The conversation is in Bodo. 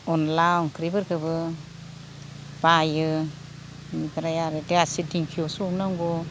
अनला ओंख्रिफोरखौबो बायो ओमफ्राय आरो दिंखियाव सौनांगौ